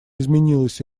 изменилось